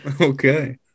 Okay